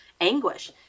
anguish